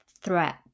threat